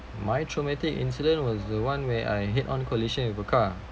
my traumatic incident was the one where I head on collision with a car